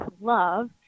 love